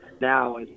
now